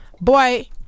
boy